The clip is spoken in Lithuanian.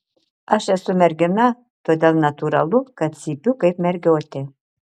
aš esu mergina todėl natūralu kad cypiu kaip mergiotė